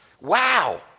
Wow